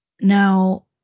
Now